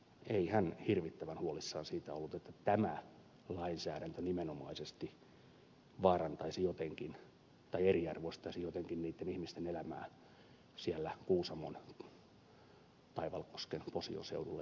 ei hän hirvittävän huolissaan siitä ollut että tämä lainsäädäntö nimenomaisesti vaarantaisi jotenkin tai eriarvoistaisi jotenkin niitten ihmisten elämää siellä kuusamon taivalkosken posion seudulla josta hän vastaa